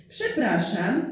Przepraszam